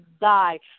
die